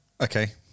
Okay